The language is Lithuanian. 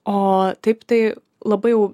o taip tai labai jau